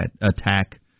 attack